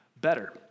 better